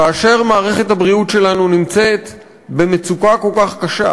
כאשר מערכת הבריאות שלנו נמצאת במצוקה כל כך קשה,